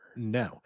No